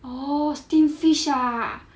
oh steamed fish ah